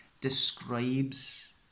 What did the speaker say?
describes